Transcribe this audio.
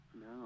No